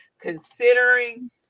considering